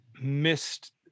missed